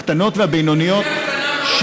הקטנות והבינוניות,